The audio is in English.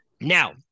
Now